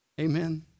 Amen